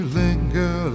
linger